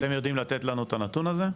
אתם יודעים לתת לנו את הנתון הזה?